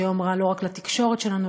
זה יום רע לא רק לתקשורת שלנו,